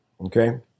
okay